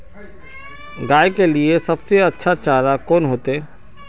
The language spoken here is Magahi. गाय के लिए सबसे अच्छा चारा कौन होते?